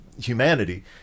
humanity